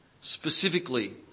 Specifically